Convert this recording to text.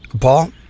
Paul